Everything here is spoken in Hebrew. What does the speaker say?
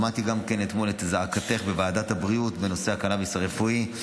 גם שמעתי אתמול את זעקתך בוועדת הבריאות בנושא הקנביס הרפואי.